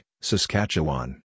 Saskatchewan